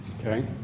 okay